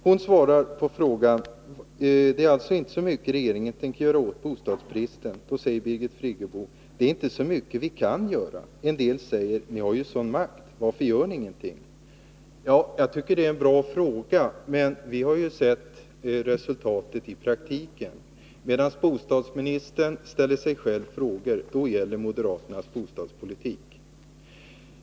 Hon svarar på frågan om vad regeringen tänker göra åt bostadsbristen: Det är inte så mycket vi kan göra. En del säger: Ni har ju en sådan makt. Varför gör ni ingenting? Jag tycker det är en bra fråga, men vi har ju sett resultatet i praktiken. Medan bostadsministern ställer sig själv frågor, gäller moderaternas bostadspolitik.